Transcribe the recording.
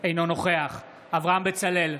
אינו נוכח אברהם בצלאל,